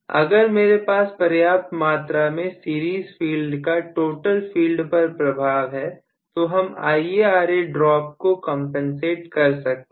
अगर मेरे पास पर्याप्त मात्रा में सीरीज फील्ड का टोटल फील्ड पर प्रभाव है तो हम IaRa ड्रॉप को कंपनसेट कर सकते हैं